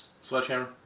sledgehammer